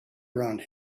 around